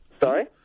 Sorry